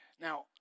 Now